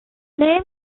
name